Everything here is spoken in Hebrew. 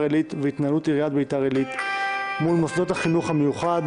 עלית והתנהלות עיריית ביתר עלית מול מוסדות החינוך המיוחד,